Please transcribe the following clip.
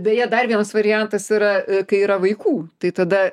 beje dar vienas variantas yra kai yra vaikų tai tada